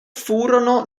furono